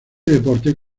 deporte